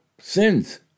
sins